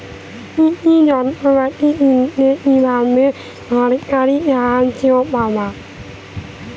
কৃষি যন্ত্রপাতি কিনতে কিভাবে সরকারী সহায়তা পাব?